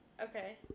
Okay